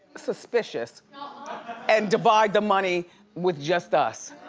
suspicious and divide the money with just us.